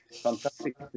fantastic